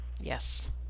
yes